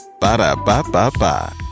Ba-da-ba-ba-ba